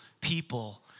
people